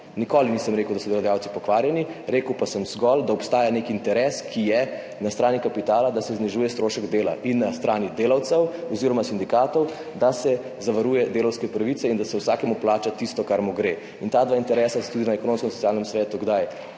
Nikoli nisem rekel, da so delodajalci pokvarjeni, rekel pa sem zgolj, da obstaja nek interes, ki je na strani kapitala, da se znižuje strošek dela, in na strani delavcev oziroma sindikatov, da se zavaruje delavske pravice in da se vsakemu plača tisto, kar mu gre. Ta dva interesa se tudi na Ekonomsko-socialnem svetu kdaj